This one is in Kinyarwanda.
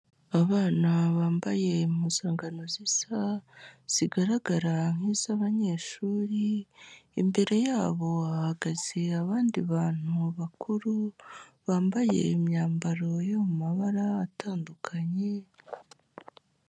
Abana bambaye impuzangano zisa zigaragara nk'iz'abanyeshuri, imbere yabo hahagaze abandi bantu bakuru, bambaye imyambaro yo mu mabara atandukanye.